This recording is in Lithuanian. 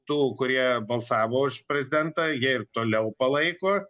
tų kurie balsavo už prezidentą jie ir toliau palaiko